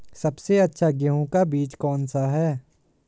सबसे अच्छा गेहूँ का बीज कौन सा है?